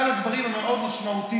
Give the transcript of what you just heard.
אחד הדברים המאוד-משמעותיים,